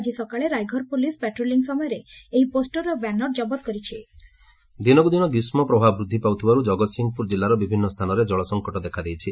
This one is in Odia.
ଆଜି ସକାଳେ ରାଇଘର ପୋଲିସ୍ ପାଟ୍ରୋଲିଂ ସମୟରେ ଏହି ପୋଷ୍ଟର ଓ ବ୍ୟାନର୍ ଜବତ କରିଛି ଦିନକୁ ଦିନ ଗ୍ରୀଷ୍କ ପ୍ରବାହ ବୃଦ୍ଧି ପାଉଥିବାରୁ ଜଗତସିଂହପୁର ଜିଲ୍ଲାର ବିଭିନ୍ନ ସ୍ଥାନରେ ଜଳସଂକଟ ଦେଖାଦେଇଛି